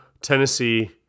Tennessee